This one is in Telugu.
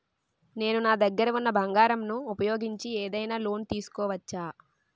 నేను నా దగ్గర ఉన్న బంగారం ను ఉపయోగించి ఏదైనా లోన్ తీసుకోవచ్చా?